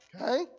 okay